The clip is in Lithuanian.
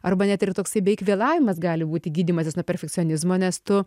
arba net yra toksai beveik vėlavimas gali būti gydymasis nuo perfekcionizmo nes tu